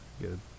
good